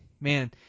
Man